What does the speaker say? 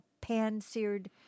pan-seared